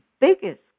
biggest